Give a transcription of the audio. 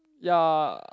ya